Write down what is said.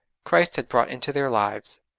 christ had brought into their lives.